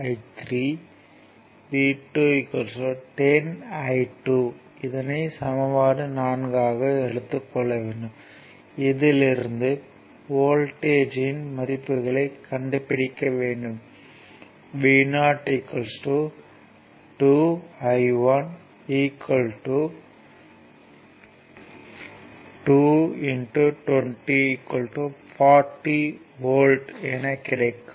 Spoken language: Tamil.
5 I3 V2 10 I2 இதில் இருந்து வோல்ட்டேஜ்யின் மதிப்புகளைக் கண்டுபிடிக்க வேண்டும் Vo 2 I1 2 20 40 வோல்ட் என கிடைக்கும்